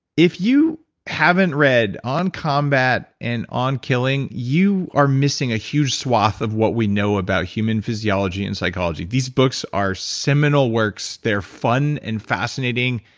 if you haven't read on combat and on killing, you are missing a huge swath of what we know about human physiology and psychology. these books are seminal works. they are fun and fascinating.